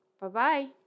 Bye-bye